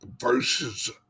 versus